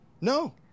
No